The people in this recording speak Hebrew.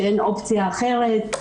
שאין אופציה אחרת,